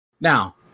Now